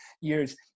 years